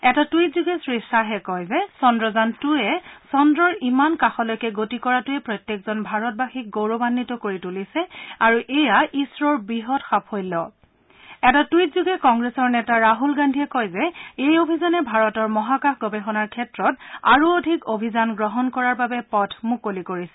এটা টুইটযোগে শ্ৰী খাহে কয় যে চন্দ্ৰযান টুৱে চন্দ্ৰৰ ইমান কাষলৈকে গতি কৰাটোৱে প্ৰত্যেকজন ভাৰতবাসীক গৌৰৱান্বিত কৰি তুলিছে আৰু এয়া ইছৰ'ৰ বৃহৎ সাফল্য এটা টুইটযোগে কংগ্ৰেছৰ নেতা ৰাহুল গান্ধীয়ে কয় যে এই অভিযানে ভাৰতৰ মহাকাশ গৱেষণাৰ ক্ষেত্ৰত আৰু অধিক অভিযান গ্ৰহণ কৰাৰ বাবে পথ মুকলি কৰিছে